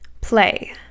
Play